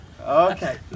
Okay